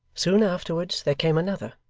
soon afterwards there came another,